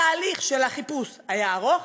התהליך של החיפוש היה ארוך,